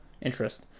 interest